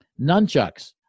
nunchucks